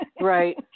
Right